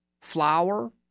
flour